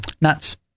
nuts